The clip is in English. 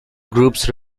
groups